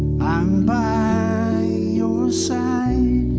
i'm by your side.